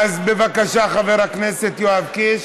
בבקשה, חבר הכנסת יואב קיש.